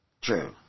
true